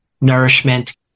nourishment